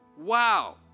wow